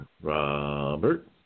Robert